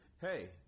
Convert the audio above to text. hey